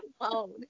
alone